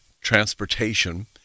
transportation